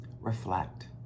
Reflect